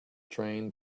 train